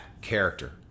character